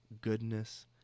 goodness